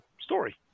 story